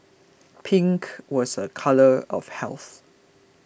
pink was a colour of health